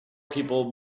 people